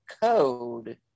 code